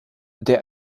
der